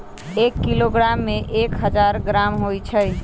एक किलोग्राम में एक हजार ग्राम होई छई